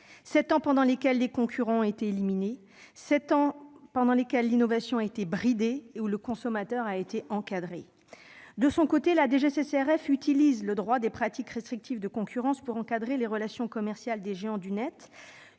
Sept ans pendant lesquels les concurrents ont été éliminés, l'innovation bridée, les choix du consommateur encadrés. De son côté, la DGCCRF utilise le droit des pratiques restrictives de concurrence pour encadrer les relations commerciales des géants du